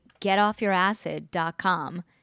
getoffyouracid.com